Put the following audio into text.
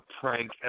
prank